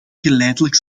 geleidelijk